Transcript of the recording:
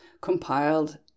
compiled